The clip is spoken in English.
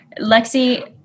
Lexi